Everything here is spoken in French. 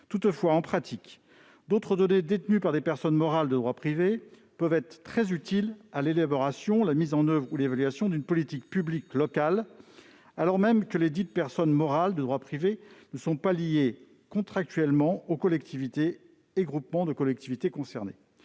Toutefois, en pratique, d'autres données détenues par des personnes morales de droit privé peuvent être très utiles à l'élaboration, à la mise en oeuvre ou à l'évaluation d'une politique publique locale alors même que lesdites personnes morales de droit privé ne sont pas liées contractuellement aux collectivités et groupements de collectivités concernés.